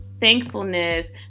thankfulness